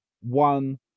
one